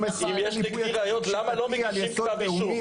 אם יש נגדי ראיות למה לא מגישים כתב אישום?